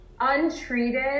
untreated